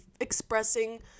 expressing